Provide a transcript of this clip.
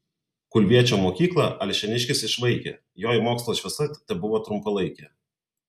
kulviečio mokyklą alšėniškis išvaikė joj mokslo šviesa tebuvo trumpalaikė